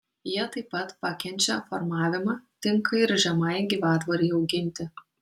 jie taip pat pakenčia formavimą tinka ir žemai gyvatvorei auginti